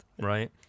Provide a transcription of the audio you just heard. right